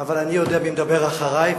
אבל אני יודע מי מדבר אחרי,